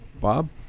Bob